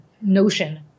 notion